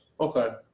Okay